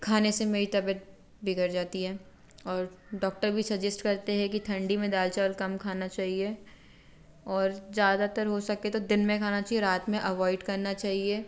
खाने से मेरी तबीयत बिगड़ जाती है और डॉक्टर भी सजेस्ट करते हैं कि ठंडी में दाल चावल कम खाना चहिए और ज़्यादातर हो सके तो दिन में खाना चाहिए रात में अवॉइड करना चाहिए